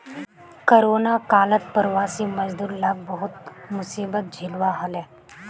corona कालत प्रवासी मजदूर लाक बहुत मुसीबत झेलवा हले